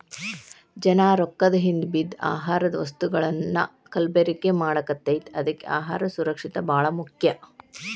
ಜನಾ ರೊಕ್ಕದ ಹಿಂದ ಬಿದ್ದ ಆಹಾರದ ವಸ್ತುಗಳನ್ನಾ ಕಲಬೆರಕೆ ಮಾಡಾಕತೈತಿ ಅದ್ಕೆ ಅಹಾರ ಸುರಕ್ಷಿತ ಬಾಳ ಮುಖ್ಯ